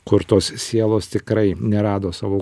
kur tos sielos tikrai nerado savų